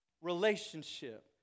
relationship